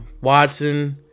Watson